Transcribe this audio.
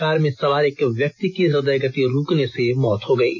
car में सवार एक व्यक्ति की हृदयगति रूकने से मौत हो गयी